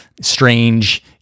strange